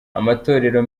amatorero